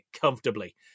comfortably